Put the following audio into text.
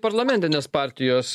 parlamentinės partijos